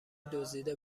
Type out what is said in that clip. دزدیده